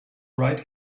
right